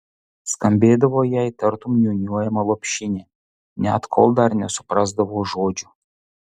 skambėdavo jai tartum niūniuojama lopšinė net kol dar nesuprasdavo žodžių